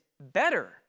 better